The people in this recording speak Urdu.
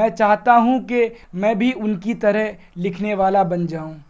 میں چاہتا ہوں کہ میں بھی ان کی طرح لکھنے والا بن جاؤں